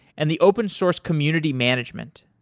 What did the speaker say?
and the open source community management.